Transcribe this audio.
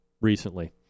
recently